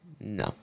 No